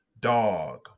dog